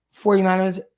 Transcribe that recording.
49ers